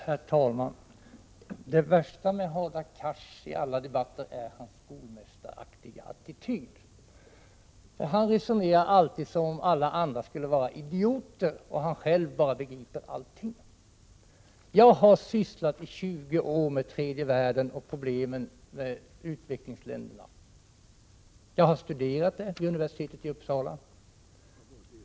Herr talman! Det värsta med Hadar Cars är hans skolmästaraktiga attityd i alla debatter. Han resonerar alltid som om alla andra skulle vara idioter och 29 han själv vore ensam om att begripa allting. Jag har i 20 år sysslat med tredje världen och utvecklingsländernas 10 december 1987 problem. Jag har studerat detta vid universitetet i Uppsala.